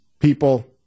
People